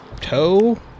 toe